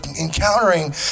encountering